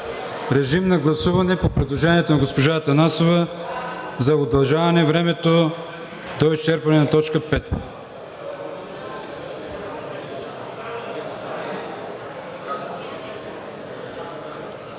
режим на гласуване по предложението на госпожа Атанасова за удължаване времето до изчерпване на т. 5.